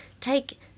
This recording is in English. take